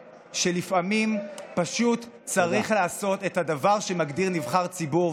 שלפעמים פשוט צריך לעשות את הדבר שמגדיר נבחר ציבור,